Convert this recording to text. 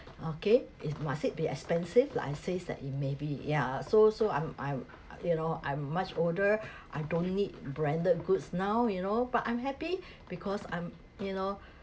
okay it must it be expensive like I says that it may be ya so so I'm I'm you know I'm much older I don't need branded goods now you know but I'm happy because I'm you know